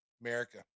America